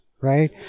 right